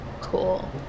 Cool